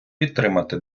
підтримати